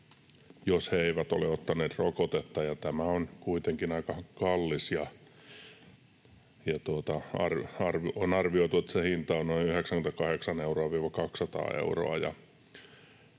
jos he eivät ole ottaneet rokotetta. Se on kuitenkin aika kallis; on arvioitu, että sen hinta on noin 98—200 euroa.